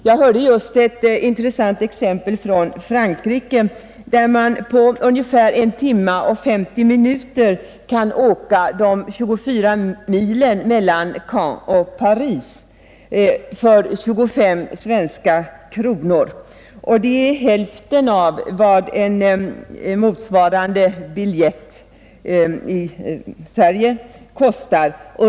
Jag hörde just ett intressant exempel från Frankrike, där man med tåg på ungefär I timme och 50 minuter kan åka de 24 milen mellan Caen och Paris för 25 svenska kronor. Det är hälften av vad motsvarande biljett i Sverige kostar.